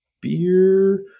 beer